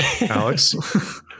Alex